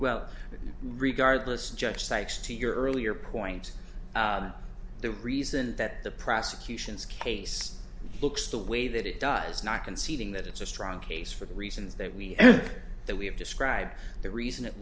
well regardless judge cites to your earlier point the reason that the prosecution's case looks the way that it does not conceding that it's a strong case for the reasons that we that we have described the reason it